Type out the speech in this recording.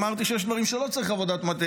אמרתי שיש דברים שלא צריך עבודת מטה,